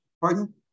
Pardon